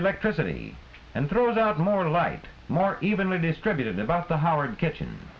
electricity and throws out more light more evenly distributed about the howard kitchen